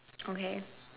okay